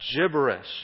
gibberish